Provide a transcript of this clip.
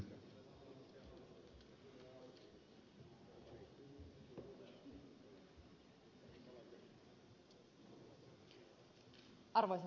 arvoisa puhemies